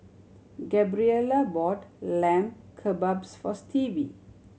Gabriela bought Lamb Kebabs for Stevie